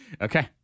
Okay